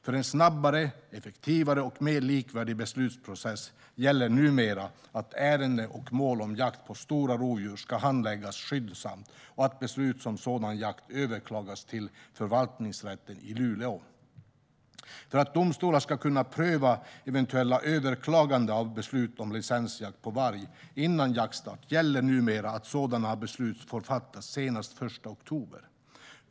För en snabbare, effektivare och mer likvärdig beslutsprocess gäller numera att ärenden och mål om jakt på stora rovdjur ska handläggas skyndsamt och att beslut om sådan jakt överklagas till Förvaltningsrätten i Luleå. För att domstolarna ska kunna pröva eventuella överklaganden av beslut om licensjakt på varg innan jaktstart gäller numera att sådana beslut får fattas senast den 1 oktober.